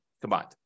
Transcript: combined